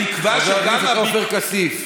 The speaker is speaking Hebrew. בתקווה שגם, חבר הכנסת עופר כסיף,